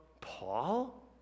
Paul